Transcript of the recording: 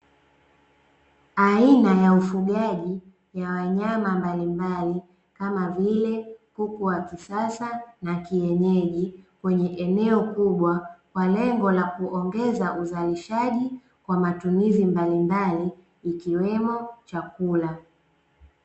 Aina ya ufugaji ya wanyama mbalimbali, kama vile kuku wa kisasa na kienyeji kwenye eneo kubwa kwa lengo la kuongeza uzalishaji kwa mtumizi mbalimbali ikiwemo chakula .